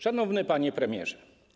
Szanowny Panie Premierze!